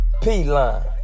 P-Line